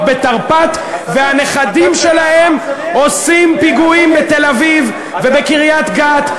בתרפ"ט והנכדים שלהם עושים פיגועים בתל-אביב ובקריית-גת.